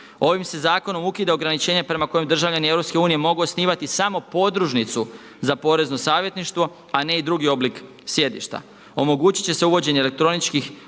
Ovim se zakonom ukida ograničenje prema kojem državljani EU mogu osnivati samo podružnicu za porezno savjetništvo a ne i drugi oblik sjedišta. Omogućiti će se uvođenje elektroničkih